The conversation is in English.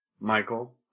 Michael